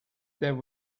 there